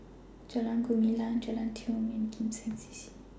Jalan Gumilang Jalan Tiong and Kim Seng C C